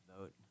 vote